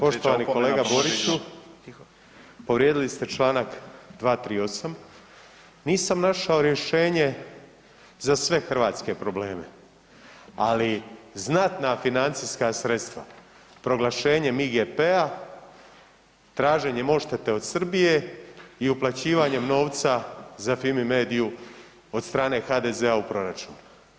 Poštovani kolega Boriću, povrijedili ste Članak 238., nisam našao rješenje za sve hrvatske probleme, ali znatna financijska sredstva proglašenjem IGP-a, traženjem odštete od Srbije i uplaćivanjem novca za Fimi mediju od strane HDZ-a u proračun.